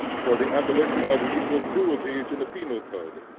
for the abolition of legal cruelties in the penal code,